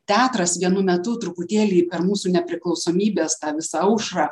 teatras vienu metu truputėlį per mūsų nepriklausomybės tą visą aušrą